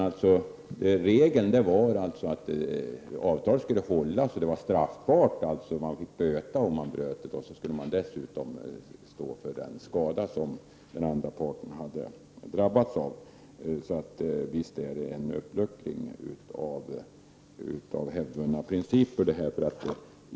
Regeln var alltså att avtal skulle hållas, och det var straffbart att bryta det. Man fick böta och dessutom stå för den skada som den andra parten hade drabbats av. Visst är detta förslag en uppluckring av hävdvunna principer.